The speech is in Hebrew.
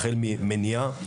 החל ממניעה,